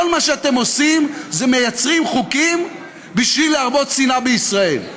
כל מה שאתם עושים זה מייצרים חוקים בשביל להרבות שנאה בישראל.